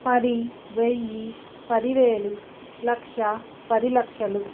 పది వెయ్యి పది వేలు లక్ష పది లక్షలు